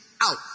out